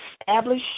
establish